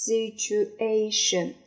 Situation